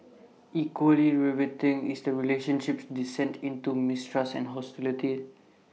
equally riveting is the relationship's descent into mistrust and hostility